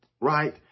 right